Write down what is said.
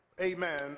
amen